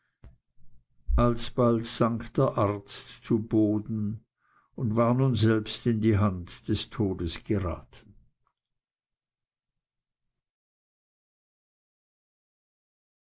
alsbald sank der arzt zu boden und war nun selbst in die hand des todes geraten